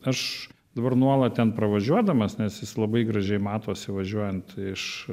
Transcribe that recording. aš dabar nuolat ten pravažiuodamas nes jis labai gražiai matosi važiuojant iš